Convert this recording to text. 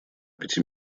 пяти